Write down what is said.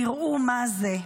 תראו מה זה.